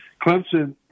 Clemson